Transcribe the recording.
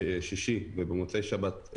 בשישי ובמוצאי שבת,